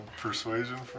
Persuasion